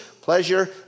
pleasure